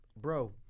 bro